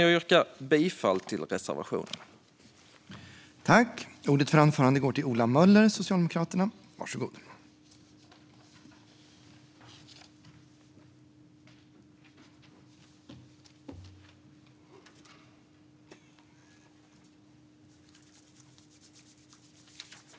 Jag yrkar bifall till reservationen i betänkandet.